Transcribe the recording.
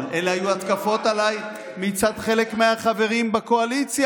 אבל אלה היו ההתקפות עלי מצד חלק מהחברים בקואליציה.